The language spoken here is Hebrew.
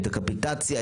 את הקפיטציה,